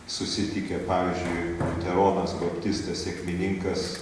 susitikę pavyzdžiui tironas baptistas sekmininkas